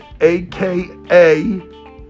aka